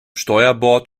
steuerbord